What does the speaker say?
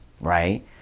right